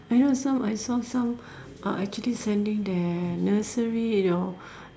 I know some I saw some are actually sending their nursery you know